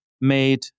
made